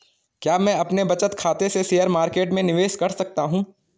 क्या मैं अपने बचत खाते से शेयर मार्केट में निवेश कर सकता हूँ?